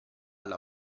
alla